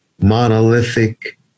monolithic